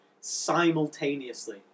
simultaneously